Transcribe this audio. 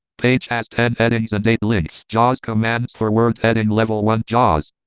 page has ten headings and eight links, jaws commands for word, heading level one, jaws,